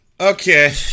Okay